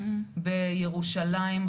בירושלים,